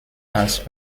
als